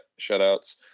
shutouts